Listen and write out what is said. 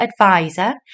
advisor